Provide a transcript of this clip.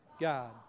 God